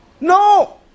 No